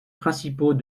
principaux